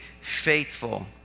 faithful